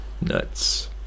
nuts